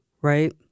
right